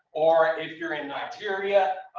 or if you're in nigeria.